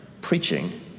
preaching